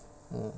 mm